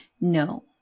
no